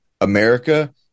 America